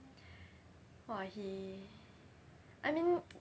!wah! he I mean